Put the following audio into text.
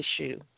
issue